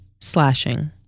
slashing